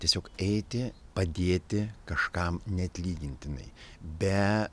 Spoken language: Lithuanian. tiesiog eiti padėti kažkam neatlygintinai be